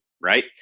right